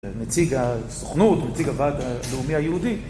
נציג הסוכנות, נציג הועד הלאומי היהודי